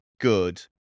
good